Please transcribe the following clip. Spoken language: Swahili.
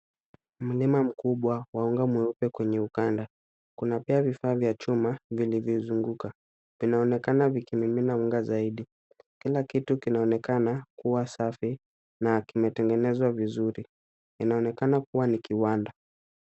Mlima mkubwa wa unga mweupe kwenye ukanda. Kuna pia vifaa vya chuma vilivyoizunguka. Vinaonekana vikimimina unga zaidi. Kila kitu kinaonekana kuwa safi na kimetengenezwa vizuri. Inaonekana kuwa ni kiwanda.